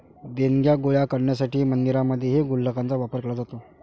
देणग्या गोळा करण्यासाठी मंदिरांमध्येही गुल्लकांचा वापर केला जातो